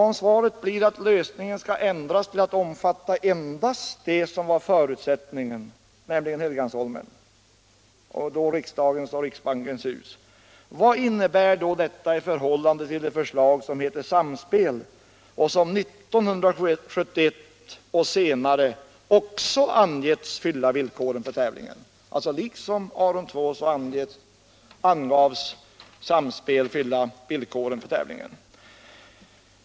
Om svaret blir att lösningen skall ändras till att omfatta endast det som var förutsättningen, nämligen Helgeandsholmen med riksdagens och riksbankens hus, frågar jag: Vad innebär då detta i förhållande till det förslag som heter Samspel och som 1971 och senare liksom Aron II angetts uppfylla villkoren för tävlingen?